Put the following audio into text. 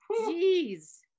Jeez